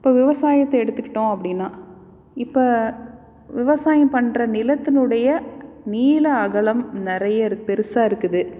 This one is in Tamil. இப்போ விவசாயத்தை எடுத்துக்கிட்டோம் அப்படின்னா இப்போ விவசாயம் பண்ணுற நிலத்தினுடைய நீள அகலம் நிறைய இருக் பெருசாக இருக்குது